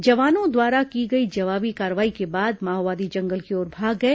जवानों द्वारा की गई जवाबी कार्रवाई के बाद माओवादी जंगल की ओर भाग गए